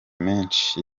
menshi